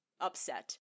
upset